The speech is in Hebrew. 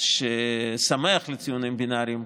ששמח על ציונים בינאריים.